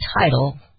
title